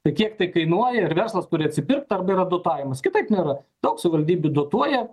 tai kiek tai kainuoja ir verslas turi atsipirkt arba yra dotavimas kitaip nėra toks savivaldybių dotuoja